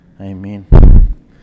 Amen